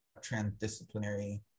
transdisciplinary